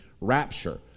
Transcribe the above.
rapture